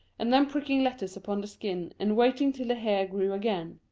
and then pricking letters upon the skin, and waiting till the hair grew again.